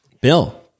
Bill